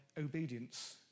obedience